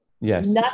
Yes